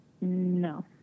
No